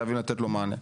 חייבים לתת לו מענה.